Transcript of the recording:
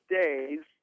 days